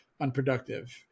unproductive